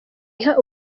iha